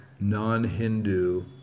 non-Hindu